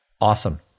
Awesome